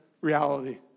reality